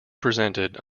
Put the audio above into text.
presented